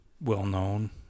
well-known